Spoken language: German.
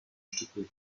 stücke